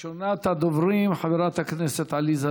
מס' 10148. ראשונת הדוברים,